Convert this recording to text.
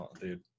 dude